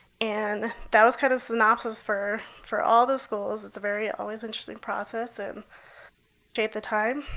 and that was kind of the synopsis for for all the schools. it's a very always interesting process and at the time.